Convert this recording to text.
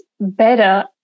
better